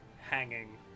hanging